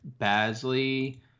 Basley